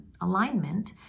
alignment